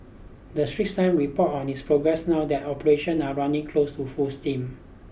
The Straits Time report on its progress now their operation are running close to full steam